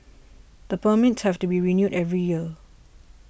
the permits have to be renewed every year